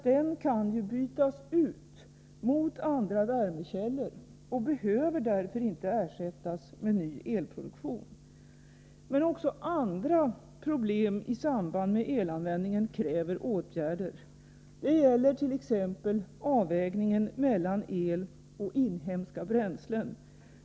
Den kan ju bytas ut mot andra värmekällor och behöver därför inte ersättas med ny elproduktion. Men också andra problem i samband med elanvändningen kräver åtgärder — det gäller t.ex. avvägningen mellan el och inhemska bränslen.